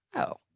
oh,